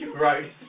Right